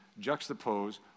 juxtapose